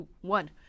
one